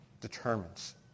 determines